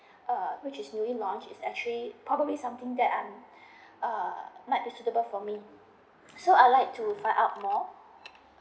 uh which is newly launched is actually probably something that I'm err like suitable for me um so I'd like to find out more